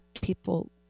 people